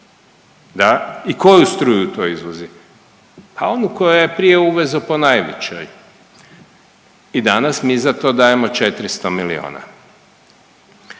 i koju struju to izvozi? Pa onu koju je prije uvezao po najvećoj i danas mi za to dajemo 400 milijuna.